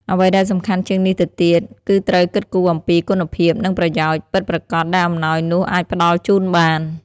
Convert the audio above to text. អ្វីដែលសំខាន់ជាងនេះទៅទៀត គឺត្រូវគិតគូរអំពី គុណភាព និង ប្រយោជន៍ ពិតប្រាកដដែលអំណោយនោះអាចផ្ដល់ជូនបាន។